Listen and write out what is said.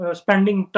spending